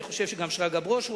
אני חושב שגם שרגא ברוש רוצה,